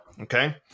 okay